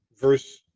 verse